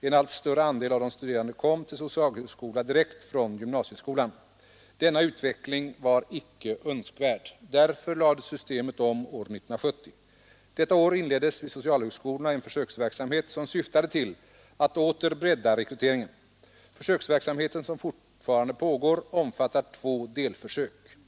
En allt större andel av de studerande kom till socialhögskola direkt från gymnasieskolan. Denna utveckling var icke önskvärd. Därför lades systemet om år 1970. Detta år inleddes vid socialhögskolorna en försöksverksamhet som syftade till att åter bredda rekryteringen. Försöksverksamheten, som fortfarande pågår, omfattar två delförsök.